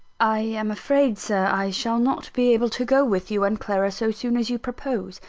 i am afraid, sir, i shall not be able to go with you and clara so soon as you propose.